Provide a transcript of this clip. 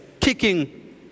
kicking